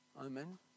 Amen